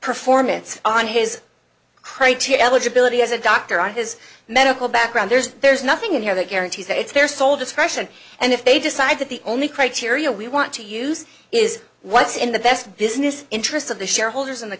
performance on his criteria eligibility as a doctor on his medical background there's there's nothing in here that guarantees that it's their sole discretion and if they decide that the only criteria we want to use is what's in the best business interest of the shareholders in the